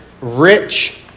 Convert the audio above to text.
rich